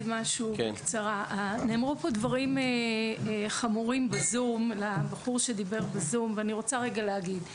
נאמרו דברים חמורים בזום ואני רוצה להגיב.